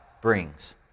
brings